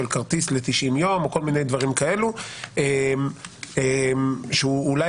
כרטיס ל-90 ימים או כל מיני דברים כאלה שהוא אולי